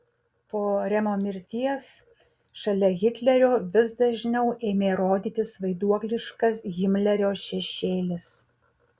po remo mirties šalia hitlerio vis dažniau ėmė rodytis vaiduokliškas himlerio šešėlis